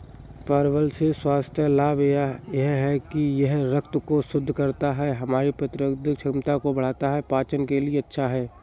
परवल के स्वास्थ्य लाभ यह हैं कि यह रक्त को शुद्ध करता है, हमारी प्रतिरक्षा को बढ़ाता है, पाचन के लिए अच्छा है